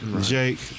Jake